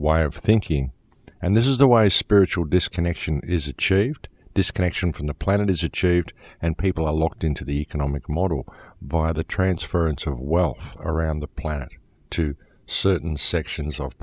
wired thinking and this is the why spiritual disconnection is achieved disconnection from the planet is achieved and people are locked into the economic model by the transference of well around the planet to certain sections of